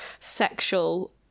sexual